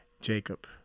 Jacob